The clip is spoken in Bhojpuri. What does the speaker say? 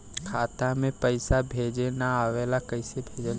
खाता में पईसा भेजे ना आवेला कईसे भेजल जाई?